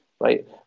right